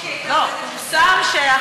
פורסם שמישהי הייתה עובדת קבלן.